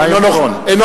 אינו